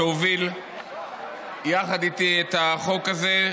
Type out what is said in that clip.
שהוביל יחד איתי את החוק הזה,